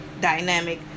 dynamic